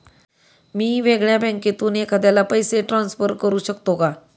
मी वेगळ्या बँकेतून एखाद्याला पैसे ट्रान्सफर करू शकतो का?